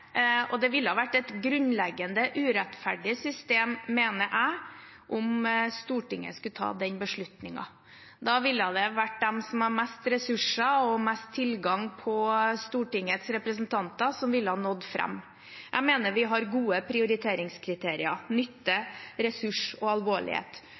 og det ville vært et grunnleggende urettferdig system, mener jeg, om Stortinget skulle ta den beslutningen. Da ville det vært de som har mest ressurser og mest tilgang på Stortingets representanter, som ville nådd fram. Jeg mener vi har gode prioriteringskriterier: